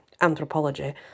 anthropology